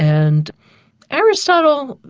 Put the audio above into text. and aristotle,